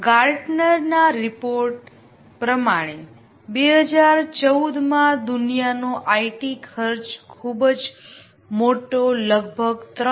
ગાર્ટનરના report પ્રમાણે 2014 માં દુનિયાનો આઇટી ખર્ચ ખુબજ મોટો લગભગ 3